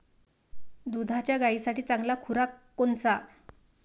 दुधाच्या गायीसाठी चांगला खुराक कोनचा?